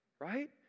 Right